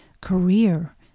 career